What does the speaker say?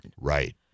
Right